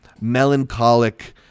melancholic